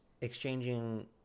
exchanging